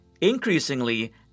Increasingly